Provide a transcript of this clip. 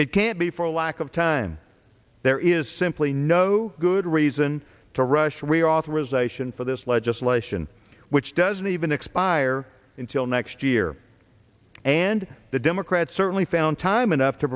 it can't be for lack of time there is simply no good reason to rush reauthorization for this legislation which doesn't even expire until next year and the democrats certainly found time enough to